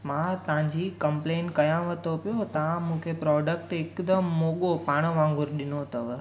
मां तव्हांजी कंपलेन कयांव थो पियो तव्हां मूंखे प्रोडक्ट हिकदमि मोॻो पाण वांगुरु ॾिनो अथव